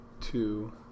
two